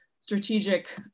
strategic